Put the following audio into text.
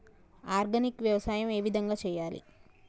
Organic వ్యవసాయం ఏ విధంగా చేయాలి?